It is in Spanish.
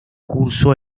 cursó